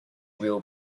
wheel